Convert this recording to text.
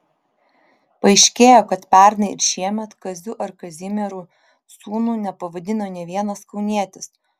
paaiškėjo kad pernai ir šiemet kaziu ar kazimieru sūnų nepavadino nė vienas kaunietis